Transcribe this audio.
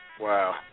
Wow